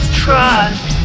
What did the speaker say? trust